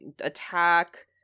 attack